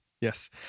Yes